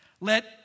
let